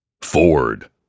Ford